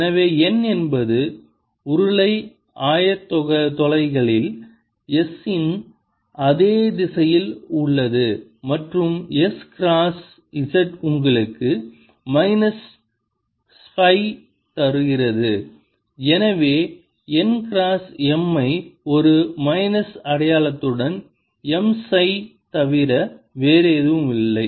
எனவே n என்பது உருளை ஆயத்தொலைகளில் S இன் அதே திசையில் உள்ளது மற்றும் S கிராஸ் z உங்களுக்கு மைனஸ் சை தருகிறது எனவே n கிராஸ் M ஐ ஒரு மைனஸ் அடையாளத்துடன் M சை தவிர வேறு எதுவும் இல்லை